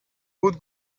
بود